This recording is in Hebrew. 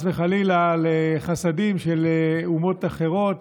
חס וחלילה, לחסדים של אומות אחרות.